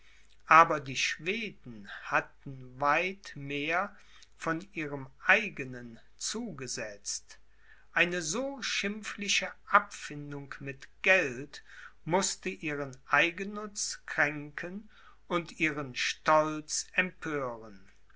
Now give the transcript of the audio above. aber die schweden hatten weit mehr von ihrem eigenen zugesetzt eine so schimpfliche abfindung mit geld mußte ihren eigennutz kränken und ihren stolz empören